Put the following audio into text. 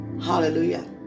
Hallelujah